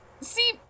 See